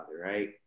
right